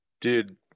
Dude